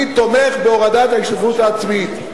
אני תומך בהורדת ההשתתפות העצמית.